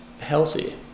healthy